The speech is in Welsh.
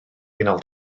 unol